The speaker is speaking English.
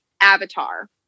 avatar